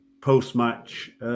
post-match